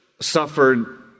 suffered